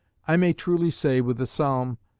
i may truly say with the psalm,